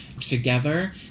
together